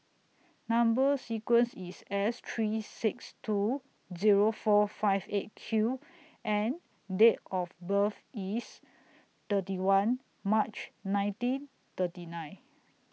Number sequence IS S three six two Zero four five eight Q and Date of birth IS thirty one March nineteen thirty nine